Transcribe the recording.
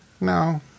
No